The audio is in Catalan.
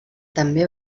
també